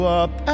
up